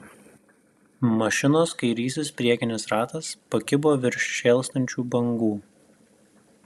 mašinos kairysis priekinis ratas pakibo virš šėlstančių bangų